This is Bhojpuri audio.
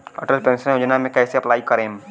अटल पेंशन योजना मे कैसे अप्लाई करेम?